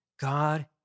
God